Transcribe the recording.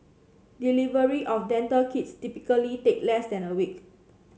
delivery of dental kits typically take less than a week